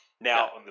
Now